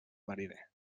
mariner